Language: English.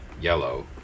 yellow